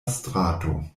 strato